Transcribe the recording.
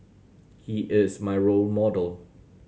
he is my role model